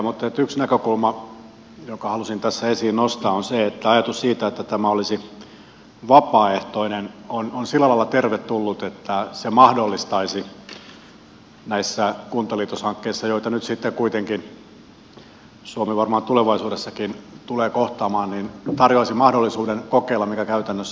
mutta yksi näkökulma jonka halusin tässä esiin nostaa on se että ajatus siitä että tämä olisi vapaaehtoinen on sillä lailla tervetullut että se tarjoaisi näissä kuntaliitoshankkeissa joita nyt sitten kuitenkin suomi varmaan tulevaisuudessakin tulee kohtaamaan mahdollisuuden kokeilla mikä käytännössä toimii